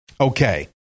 Okay